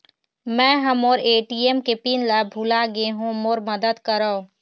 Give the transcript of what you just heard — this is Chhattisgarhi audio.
मै ह मोर ए.टी.एम के पिन ला भुला गे हों मोर मदद करौ